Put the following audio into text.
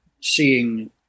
seeing